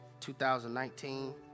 2019